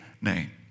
name